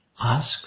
Ask